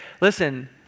listen